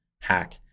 hack